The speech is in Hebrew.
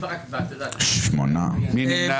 מי נמנע?